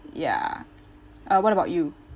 ya uh what about you